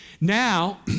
Now